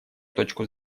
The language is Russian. точку